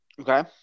Okay